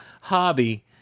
hobby